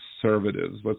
conservatives